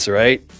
right